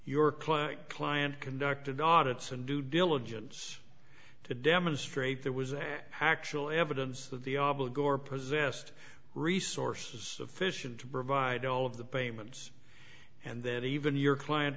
claim client conducted audits and due diligence to demonstrate there was an actual evidence that the ob ago or possessed resources sufficient to provide all of the payments and that even your client